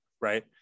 right